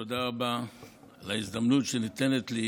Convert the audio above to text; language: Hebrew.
תודה רבה על ההזדמנות שניתנת לי